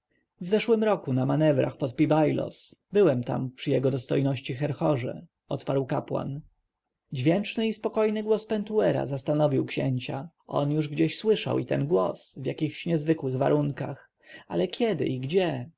w roku zeszłym na manewrach pod pi-bailos byłem tam przy jego dostojności herhorze odparł kapłan dźwięczny i spokojny głos pentuera zastanowił księcia on już gdzieś słyszał i ten głos w jakichś niezwykłych warunkach ale kiedy i gdzie